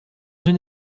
une